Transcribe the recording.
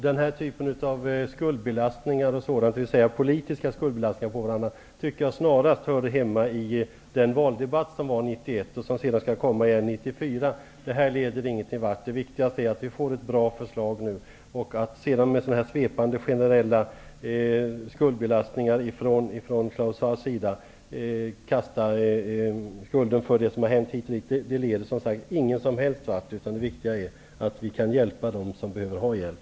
Herr talman! Jag skall fatta mig kort. Att lägga denna typ av politisk skuld på varandra tycker jag snarast hörde hemma i valrörelsen 1991 och som skall ske igen 1994. Detta leder ingenstans. Det viktigaste är att vi får ett bra förslag. Att svepande och generellt kasta skulden på andra för det som har hänt tidigare leder, som sagt, ingenstans. Det viktiga är att vi kan hjälpa dem som behöver hjälp.